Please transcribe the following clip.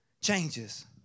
changes